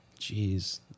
Jeez